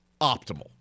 optimal